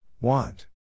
Want